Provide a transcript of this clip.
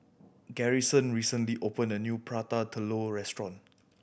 Garrison recently opened a new Prata Telur restaurant